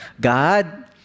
God